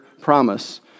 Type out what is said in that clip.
promise